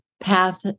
path